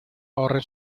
ahorren